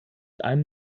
ein